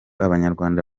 abanyarwanda